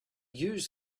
use